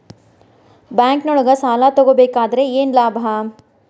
ಬ್ಯಾಂಕ್ನೊಳಗ್ ಸಾಲ ತಗೊಬೇಕಾದ್ರೆ ಏನ್ ಲಾಭ?